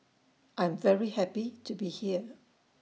I'm very happy to be here